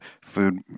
food